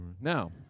Now